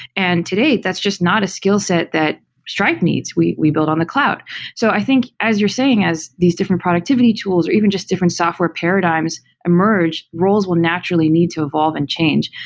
and today, that's just not a skill set that stripe needs. we we build on the cloud so i think as you're saying as these different productivity tools, or even just different software paradigms emerge, roles will naturally need to evolve and change.